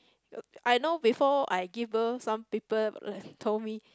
uh I know before I give birth some people uh told me